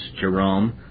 Jerome